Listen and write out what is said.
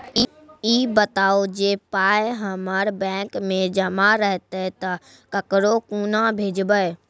ई बताऊ जे पाय हमर बैंक मे जमा रहतै तऽ ककरो कूना भेजबै?